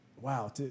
Wow